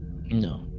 No